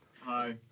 Hi